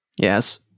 Yes